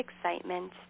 excitement